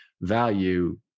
value